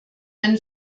ein